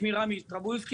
שמי רמי טרבולסקי,